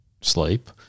sleep